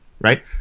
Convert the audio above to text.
right